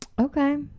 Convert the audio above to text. Okay